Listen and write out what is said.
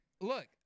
Look